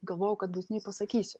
galvojau kad būtinai pasakysiu